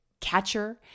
catcher